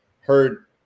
heard